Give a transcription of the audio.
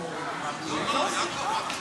נקמה?